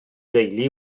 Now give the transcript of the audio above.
deulu